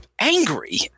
angry